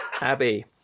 Abby